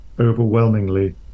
overwhelmingly